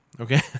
okay